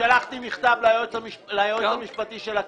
מכתב תוך שלוש דקות.